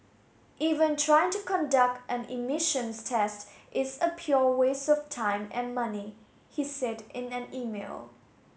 even trying to conduct an emissions test is a pure waste of time and money he said in an email